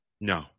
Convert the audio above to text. No